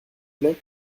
plait